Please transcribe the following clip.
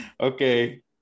Okay